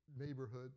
neighborhood